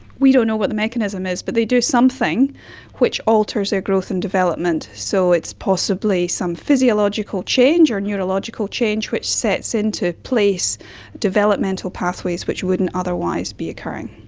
we don't know what the mechanism is but they do something which alters their growth and development. so it's possibly some physiological change or neurological change which sets into place developmental pathways which wouldn't otherwise be occurring.